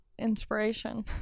inspiration